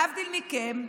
להבדיל מכם,